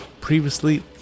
previously